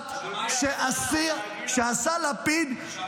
אחת שעשה לפיד -- שמיים פתוחים.